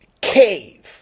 cave